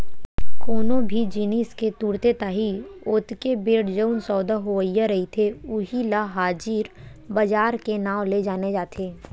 कोनो भी जिनिस के तुरते ताही ओतके बेर जउन सौदा होवइया रहिथे उही ल हाजिर बजार के नांव ले जाने जाथे